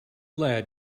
lad